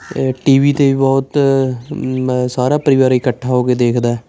ਅਤੇ T V 'ਤੇ ਵੀ ਬਹੁਤ ਸਾਰਾ ਪਰਿਵਾਰ ਇਕੱਠਾ ਹੋ ਕੇ ਦੇਖਦਾ